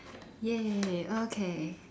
!yay! okay